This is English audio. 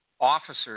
officers